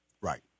Right